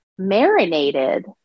marinated